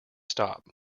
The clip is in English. stop